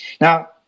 Now